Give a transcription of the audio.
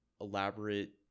elaborate